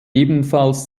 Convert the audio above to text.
ebenfalls